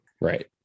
Right